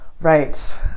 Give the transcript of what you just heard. Right